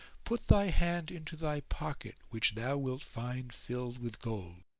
put thy hand into thy pocket which thou wilt find filled with gold.